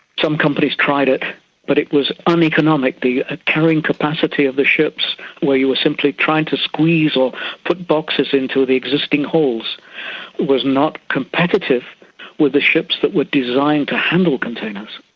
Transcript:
some companies tried it but it was uneconomic. the ah carrying capacity of the ships where you were simply trying to squeeze or put boxes into the existing holds was not competitive with the ships that were designed to handle containers.